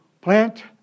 plant